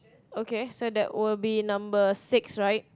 okay so that will be number six right